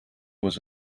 was